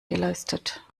geleistet